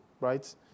right